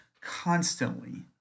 constantly